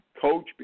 coach